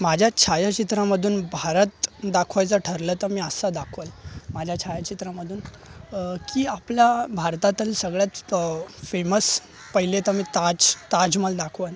माझ्या छायाचित्रामधून भारत दाखवायचा ठरलं तर मी असा दाखवेन माझ्या छायाचित्रामधून की आपला भारतातलं सगळ्यात फेमस पहिले तर मी ताज ताजमहल दाखवेन